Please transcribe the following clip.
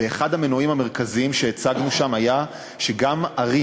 ואחד המנועים המרכזיים שהצגנו שם היה שגם הערים,